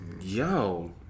Yo